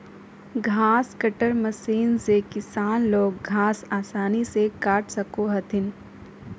घास cutter machine से किसान लोग घास आसानी से काट सको हथिन